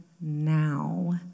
now